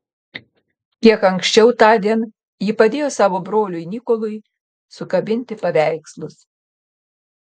kiek anksčiau tądien ji padėjo savo broliui nikolui sukabinti paveikslus